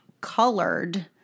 colored